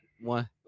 one